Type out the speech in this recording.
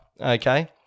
okay